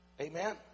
Amen